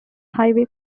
highway